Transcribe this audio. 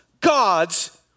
gods